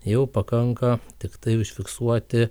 jau pakanka tiktai užfiksuoti